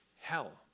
hell